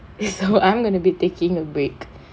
so I'm gonna be taking a break